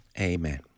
Amen